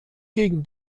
gegen